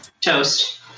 Toast